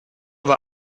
war